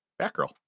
Batgirl